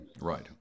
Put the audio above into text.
right